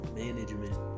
Management